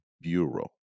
Bureau